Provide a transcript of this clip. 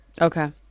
Okay